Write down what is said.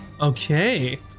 Okay